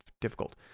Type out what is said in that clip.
difficult